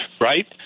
right